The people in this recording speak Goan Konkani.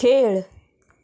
खेळ